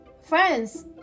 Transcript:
Friends